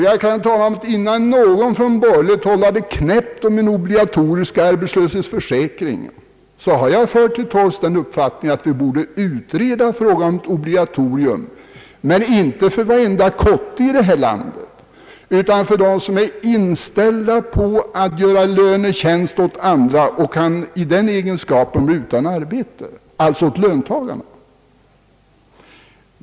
Jag kan tala om, att innan någon på borgerligt håll hade sagt ett knäpp om den obligatoriska arbetslöshetsförsäkringen hade jag fört till torgs den uppfattningen att vi borde utreda frågan om ett obligatorium, men inte för varje människa i detta land, utan för dem som är inställda på att göra lönetjänst åt andra — alltså löntagarna — och i den egenskapen blir utan arbete.